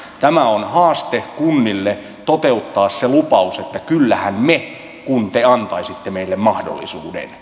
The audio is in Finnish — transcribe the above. tämä on haaste kunnille toteuttaa se lupaus että kyllähän me kun te antaisitte meille mahdollisuuden